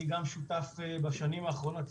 גם אני שותף בשנים האחרונות,